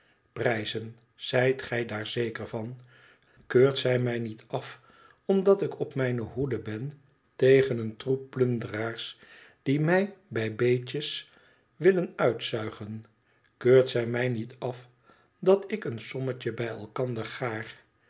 zijt gij daar zeker van keurt zij mij niet af omdat ik op mijne hoede ben tegen een troep plunderaars die mij bij beetjes willen uitzuigen keurt zij mij niet af dat ik een sommetje bij elkander gaar